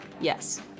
Yes